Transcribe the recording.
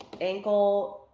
ankle